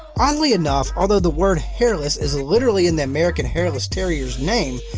oddly enough although the word hairless is literally in the american hairless terrier's name,